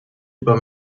über